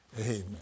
Amen